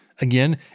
Again